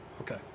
Okay